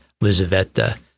Lizaveta